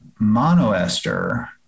monoester